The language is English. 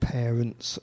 parents